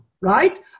right